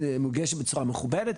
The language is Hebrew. ומוגשת בצורה מכובדת,